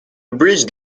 bridge